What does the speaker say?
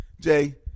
Jay